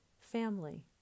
family